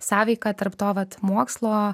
sąveika tarp to vat mokslo